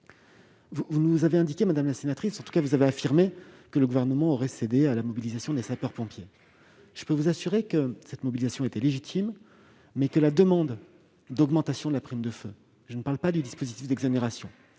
: vous avez affirmé, madame la sénatrice, que le Gouvernement aurait cédé à la mobilisation des sapeurs-pompiers. Je peux vous assurer que cette mobilisation était légitime et que la demande d'augmentation de la prime de feu- je ne parle pas du dispositif d'exonération